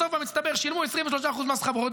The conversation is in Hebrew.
בסוף במצטבר שילמו 23% מס חברות,